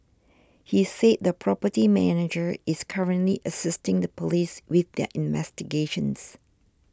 he said the property manager is currently assisting the police with their investigations